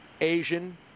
Asian